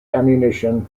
ammunition